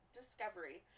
discovery